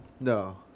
No